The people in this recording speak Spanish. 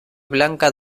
blanca